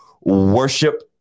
worship